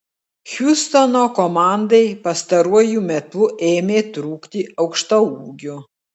hjustono komandai pastaruoju metu ėmė trūkti aukštaūgių